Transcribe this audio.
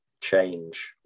change